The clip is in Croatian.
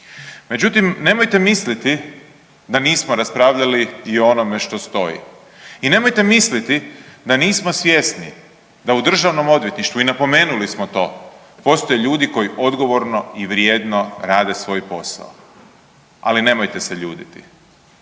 Međutim, nemojte misliti da nismo raspravljali i o onome što stoji, i nemojte misliti da nismo svjesni da u državnom odvjetništvu i napomenuli smo to, postoje ljudi koji odgovorno i vrijedno rade svoj posao, ali nemojte se ljutiti,